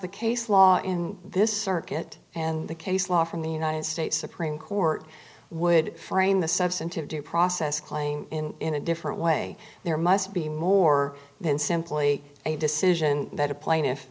the case law in this circuit and the case law from the united states supreme court would frame the substantive due process claim in a different way there must be more than simply a decision that a pla